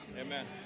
Amen